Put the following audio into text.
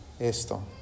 esto